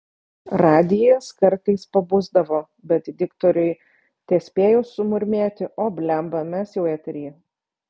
radijas kartais pabusdavo bet diktoriui tespėjus sumurmėti o bliamba mes jau eteryje